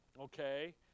okay